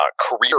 career